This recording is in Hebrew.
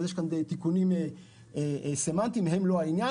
יש כאן תיקונים סמנטיים, אבל הם לא העניין.